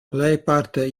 plejparte